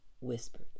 whispered